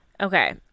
Okay